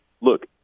look